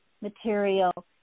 material